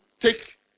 take